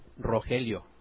Rogelio